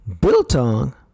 Biltong